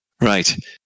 Right